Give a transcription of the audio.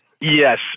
Yes